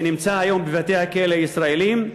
שנמצא היום בבתי-הכלא הישראליים,